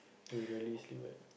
so you really sleep at